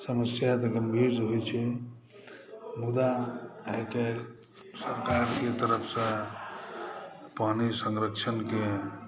समस्या तऽ गम्भीर रहै छै मुदा आइ काल्हि सरकारके तरफ़से पानि संरक्षणके